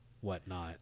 whatnot